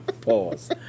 Pause